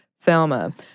Thelma